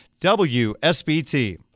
WSBT